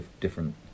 different